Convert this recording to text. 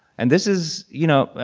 and this is you know,